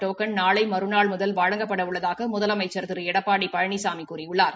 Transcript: token நாளை மறுநாள் முதல் வழங்கப்பட உள்ளதாக முதலமைச்ச் திரு எடப்பாடி பழனிசாமி கூறியுள்ளார்